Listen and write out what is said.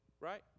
right